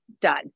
done